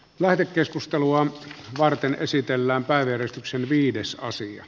lähetekeskustelua varten esitellään päivystyksen viidessä asia